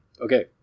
Okay